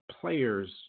players